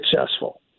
successful